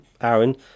Aaron